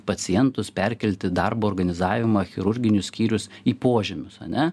pacientus perkelti darbo organizavimą chirurginius skyrius į požemius ane